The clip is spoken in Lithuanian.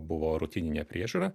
buvo rutininė priežiūra